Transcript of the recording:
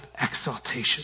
exaltation